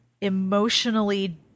emotionally